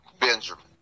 Benjamin